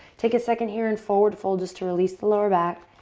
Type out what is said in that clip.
take a second here and forward fold just to release the lower back